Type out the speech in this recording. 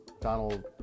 Donald